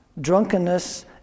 drunkenness